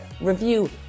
review